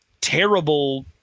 terrible